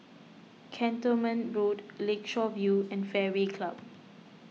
Cantonment Road Lakeshore View and Fairway Club